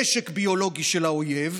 בנשק ביולוגי של האויב,